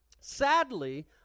Sadly